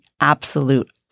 absolute